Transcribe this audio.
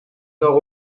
nord